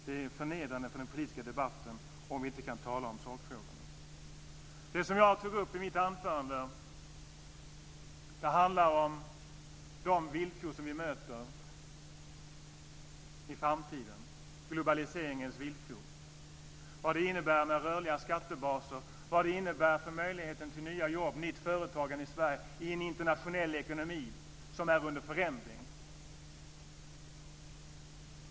Det är förnedrande för den politiska debatten om vi inte kan tala om sakfrågorna. Det som jag tog upp i mitt anförande handlar om de villkor som vi möter i framtiden - globaliseringens villkor. Vad innebär rörliga skattebaser? Vad innebär det för möjligheten till nya jobb och nytt företagande i Sverige i en internationell ekonomi som är under förändring?